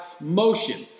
motion